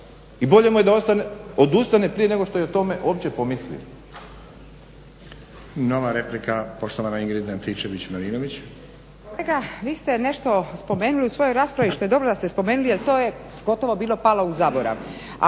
i bolje mu je da odustane prije nego što je o tome uopće pomislio,